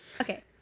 Okay